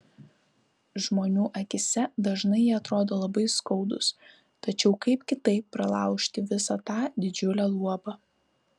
žmonių akyse dažnai jie atrodo labai skaudūs tačiau kaip kitaip pralaužti visa tą didžiulę luobą